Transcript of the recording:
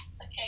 Okay